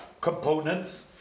components